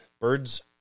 birds